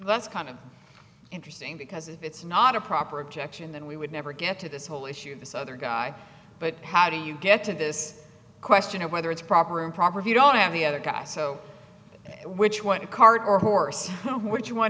that's kind of interesting because if it's not a proper objection then we would never get to this whole issue of this other guy but how do you get to this question of whether it's proper or improper if you don't have the other guy so which one card or horse